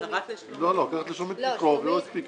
תקריאו חברים.